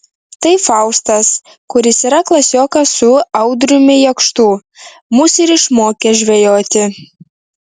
tai faustas kuris yra klasiokas su audriumi jakštu mus ir išmokė žvejoti